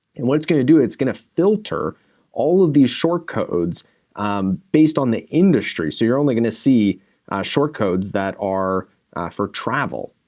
and what it's gonna do, it's gonna filter all of these short codes um based on the industry. so you're only gonna see short codes that are for travel.